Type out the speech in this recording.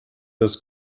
das